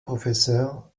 professeur